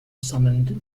summoned